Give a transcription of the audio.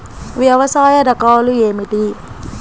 వ్యవసాయ రకాలు ఏమిటి?